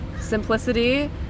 simplicity